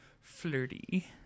flirty